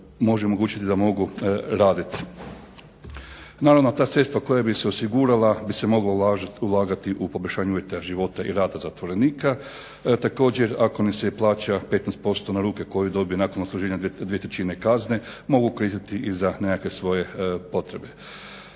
može omogućiti da mogu raditi. Naravno, ta sredstva koja bi se osigurala bi se mogla ulagati u poboljšanje uvjeta života i rada zatvorenika. Također, ako mi se i plaća 15% na ruke, koju dobije nakon odsluženja 2/3 kazne mogu koristiti i za nekakve svoje potrebe.